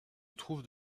trouvent